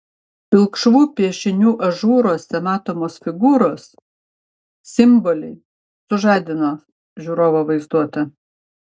pilkšvų piešinių ažūruose matomos figūros simboliai sužadins žiūrovo vaizduotę